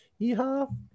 Yeehaw